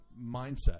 mindset